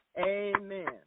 Amen